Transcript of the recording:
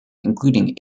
including